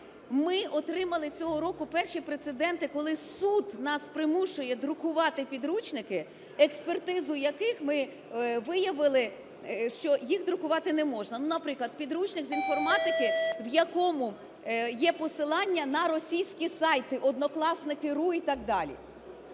Ми отримали цього року перші прецеденти, коли суд нас примушує друкувати підручники, експертизу яких ми виявили, що їх друкувати не можна. Ну, наприклад, підручник з інформатики, в якому є посилання на російські сайти: Odnoklassniki.ru і так далі.